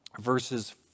verses